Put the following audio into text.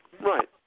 Right